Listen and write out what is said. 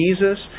Jesus